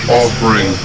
offering